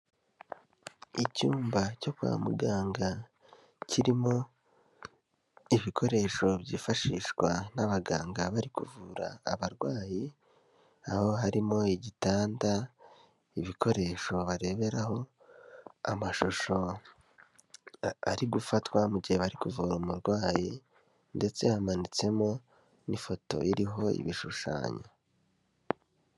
Icyumba cyo kwa muganga kirimo ibikoresho byifashishwa n'abaganga bari kuvura abarwayi, aho harimo igitanda, ibikoresho bareberaho amashusho ari gufatwa mu gihe bari kuvura umurwayi ndetse hamanitsemo n'ifoto iriho ibishushanyo.